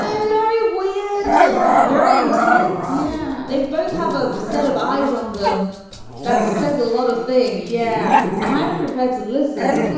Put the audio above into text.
ah ah very weird. yeah very intense yeah. they both have a set of eyes on them that says a lot of things. yeah. and i'm prepared to listen.